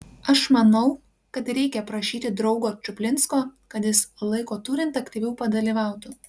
aš manau kad reikia prašyti draugo čuplinsko kad jis laiko turint aktyviau padalyvautų